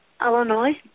Illinois